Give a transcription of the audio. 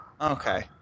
Okay